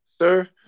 Sir